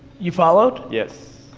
you followed? yes.